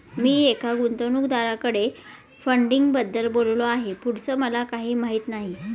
मी एका गुंतवणूकदाराकडे फंडिंगबद्दल बोललो आहे, पुढचं मला काही माहित नाही